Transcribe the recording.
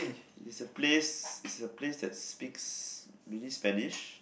it's a place it's a place that speaks mainly Spanish